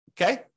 okay